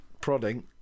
prodding